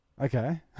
Okay